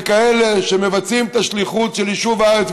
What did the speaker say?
לכאלה שמבצעים את השליחות של יישוב הארץ,